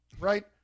right